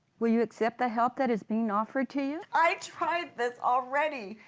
will you accept the help that is being offered to you? i tried this already.